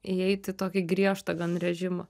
įeiti į tokį griežtą gan režimą